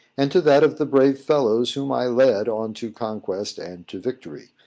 and to that of the brave fellows whom i led on to conquest and to victory.